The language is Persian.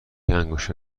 انگشتر